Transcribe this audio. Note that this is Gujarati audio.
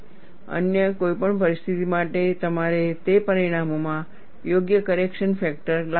અન્ય કોઈપણ પરિસ્થિતિ માટે તમારે તે પરિણામોમાં યોગ્ય કરેક્શન ફેક્ટર લાવવા પડશે